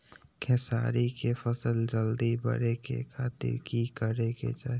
खेसारी के फसल जल्दी बड़े के खातिर की करे के चाही?